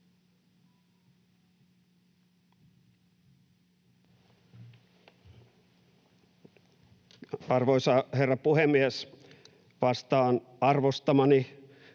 Arvoisa herra puhemies! Vastaan arvostamani